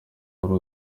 wari